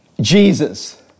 Jesus